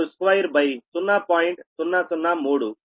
003 62